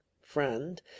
friend